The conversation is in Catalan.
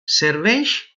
serveix